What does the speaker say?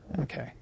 Okay